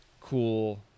cool